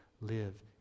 Live